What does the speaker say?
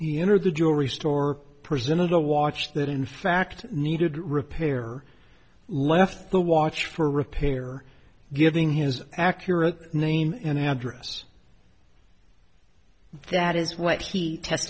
he entered the jewelry store presented a watch that in fact needed repair left the watch for repair giving his accurate name and address that is what he